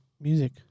music